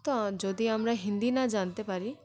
তো যদি আমরা হিন্দি না জানতে পারি